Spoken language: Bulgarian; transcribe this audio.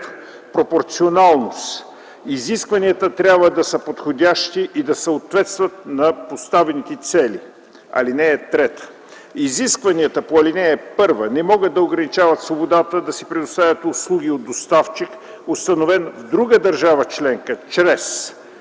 пропорционалност – изискванията трябва да са подходящи и да съответстват на поставените цели. (3) Изискванията по ал. 1 не могат да ограничават свободата да се предоставят услуги от доставчик, установен в друга държава членка, чрез: